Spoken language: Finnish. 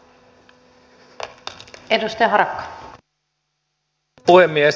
arvoisa puhemies